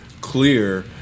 clear